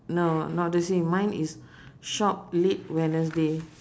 no not the same mine is shop late wednesday